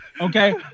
Okay